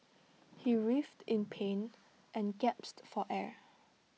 he writhed in pain and gasped for air